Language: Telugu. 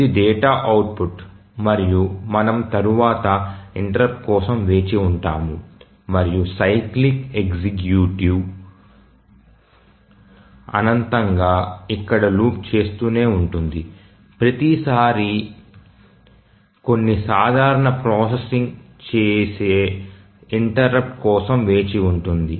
ఇది డేటా అవుట్పుట్ మరియు మనము తరువాత ఇంటెర్రుప్ట్ కోసం వేచి ఉంటాము మరియు సైక్లిక్ ఎగ్జిక్యూటివ్ అనంతంగా ఇక్కడ లూప్ చేస్తూనే ఉంటుంది ప్రతిసారీ కొన్ని సాధారణ ప్రాసెసింగ్ చేసే ఇంటెర్రుప్ట్ కోసం వేచి ఉంటుంది